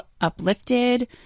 uplifted